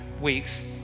weeks